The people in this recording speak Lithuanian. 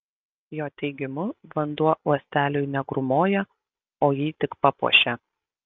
jo teigimu vanduo uosteliui negrūmoja o jį tik papuošia